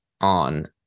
on